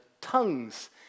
tongues